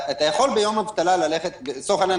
לצורך העניין,